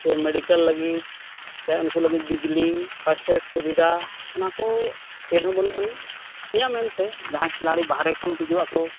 ᱪᱮ ᱞᱟᱹᱜᱤᱫ ᱪᱮ ᱩᱱᱠᱩ ᱞᱟᱹᱜᱤᱫ ᱵᱤᱡᱽᱞᱤ ᱥᱩᱵᱤᱫᱷᱟ ᱚᱱᱟ ᱠᱚ ᱪᱮᱫ ᱦᱚᱸ ᱵᱟᱹᱱᱩᱜ ᱟᱹᱱᱤᱡ ᱤᱧᱟᱹᱜ ᱢᱮᱱᱛᱮ ᱡᱟᱦᱟᱸ ᱠᱷᱮᱞᱟᱲᱤ ᱵᱟᱦᱨᱮ ᱠᱷᱚᱱ ᱦᱤᱡᱩᱜ ᱟᱠᱚ